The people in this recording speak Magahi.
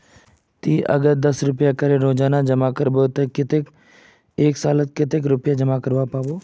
ती अगर दस रुपया करे रोजाना जमा करबो ते कतेक एक सालोत कतेला पैसा जमा करवा सकोहिस?